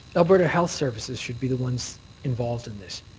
alberta health services should be the ones involved in this.